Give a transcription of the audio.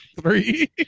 three